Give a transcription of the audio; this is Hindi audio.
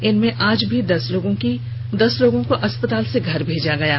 इनमें आज भी दस लोगों को अस्पताल से घर भेजा गया है